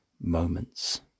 moments